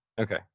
Okay